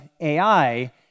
AI